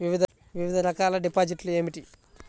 వివిధ రకాల డిపాజిట్లు ఏమిటీ?